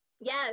Yes